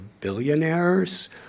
billionaires